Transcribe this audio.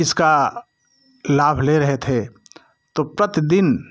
इसका लाभ ले रहे थे तो प्रतिदिन